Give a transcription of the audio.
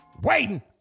waiting